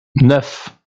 neuf